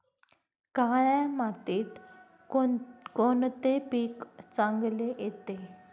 काळ्या मातीत कोणते पीक चांगले येते?